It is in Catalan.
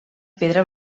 pedra